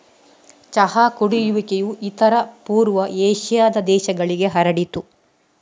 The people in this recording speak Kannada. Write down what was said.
ಚಹಾ ಕುಡಿಯುವಿಕೆಯು ಇತರ ಪೂರ್ವ ಏಷ್ಯಾದ ದೇಶಗಳಿಗೆ ಹರಡಿತು